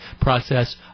process